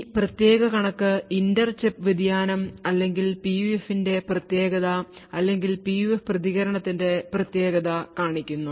ഈ പ്രത്യേക കണക്ക് ഇന്റർ ചിപ്പ് വ്യതിയാനം അല്ലെങ്കിൽ പിയുഎഫിന്റെ പ്രത്യേകത അല്ലെങ്കിൽ പിയുഎഫ് പ്രതികരണത്തിന്റെ പ്രത്യേകത കാണിക്കുന്നു